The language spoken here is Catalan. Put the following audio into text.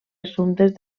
assumptes